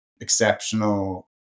exceptional